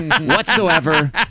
whatsoever